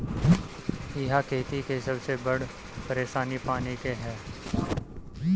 इहा खेती के सबसे बड़ परेशानी पानी के हअ